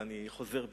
ואני חוזר בי.